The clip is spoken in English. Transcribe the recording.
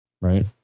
Right